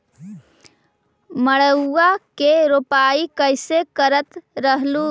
मड़उआ की रोपाई कैसे करत रहलू?